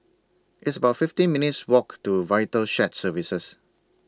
It's about fifteen minutes' Walk to Vital Shared Services